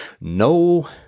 No